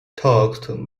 talked